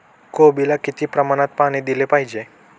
कोबीला किती प्रमाणात पाणी दिले पाहिजे?